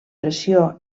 pressió